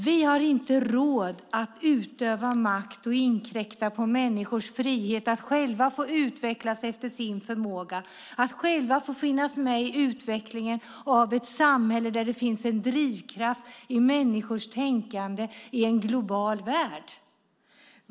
Vi har inte råd att utöva makt och inkräkta på människors frihet att själva få utvecklas efter sin förmåga, att själva få finnas med i utvecklingen av ett samhälle där det finns en drivkraft i människors tänkande i en global värld.